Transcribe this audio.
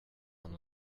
han